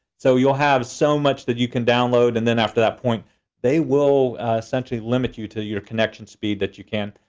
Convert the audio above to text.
so you'll have so much that you can download, and then after that point they will essentially limit you to your connection speed that you can.